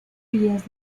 vías